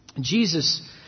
Jesus